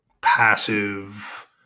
passive